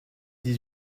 dix